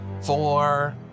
four